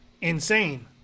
insane